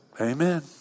amen